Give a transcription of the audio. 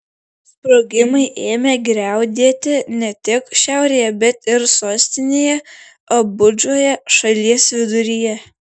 sprogimai ėmė griaudėti ne tik šiaurėje bet ir sostinėje abudžoje šalies viduryje